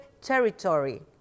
territory